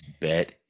Bet